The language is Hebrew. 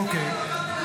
אוקיי.